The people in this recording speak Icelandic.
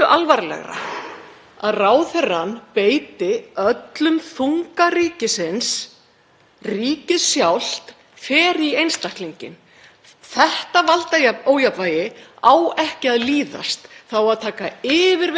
Þetta valdaójafnvægi á ekki að líðast. Það á að taka yfirvegaða pólitíska ákvörðun um það hvernig sé farið í þessi mál. En fyrst á auðvitað að virða niðurstöðu kærunefndarinnar.